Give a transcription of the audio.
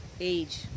age